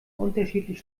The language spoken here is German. unterschiedlich